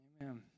Amen